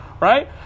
right